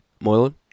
Moylan